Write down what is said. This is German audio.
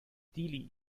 dili